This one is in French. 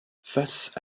face